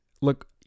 look